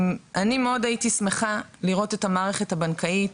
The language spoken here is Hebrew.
אני הייתי שמחה לראות את המערכת הבנקאית